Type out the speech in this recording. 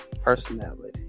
Personality